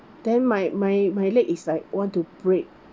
then my my my leg is like want to break